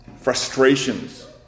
frustrations